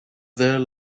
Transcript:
there